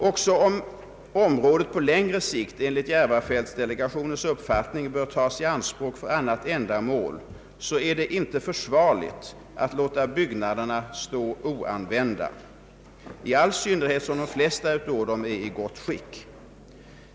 Även om området på längre sikt enligt Järvafältsdelegationens uppfattning bör tas i anspråk för annat ändamål är det inte försvarligt att låta byggnaderna stå oanvända, i all synnerhet som de flesta av dem är i gott skick.